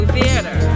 Theater